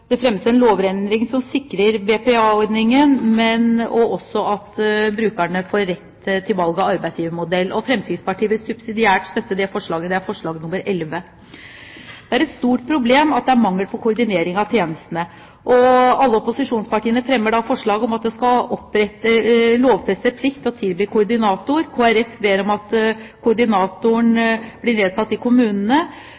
det fremmes en lovendring som sikrer BPA-ordningen, og også at brukerne får rett til valg av arbeidsgivermodell. Fremskrittspartiet vil subsidiært støtte dette forslaget, forslag nr. 11. Det er et stort problem at det er mangel på en koordinering av tjenestene, og alle opposisjonspartiene fremmer forslag om at det skal lovfestes en plikt til å tilby koordinator. Kristelig Folkeparti ber om at koordinatoren